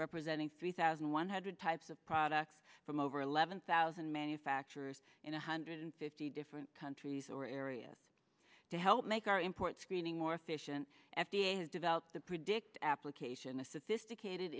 representing three thousand one hundred types of products from over eleven thousand manufacturers in a hundred fifty different countries or areas to help make our import screening more efficient f d a has developed the predict application a sophisticated